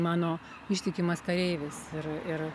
mano ištikimas kareivis ir ir